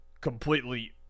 completely